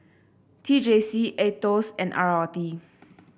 T J C Aetos and R R T